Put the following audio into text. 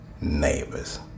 Neighbors